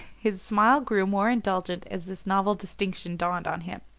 his smile grew more indulgent as this novel distinction dawned on him.